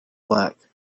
black